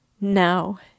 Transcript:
Now